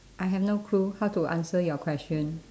I have no clue how to answer your question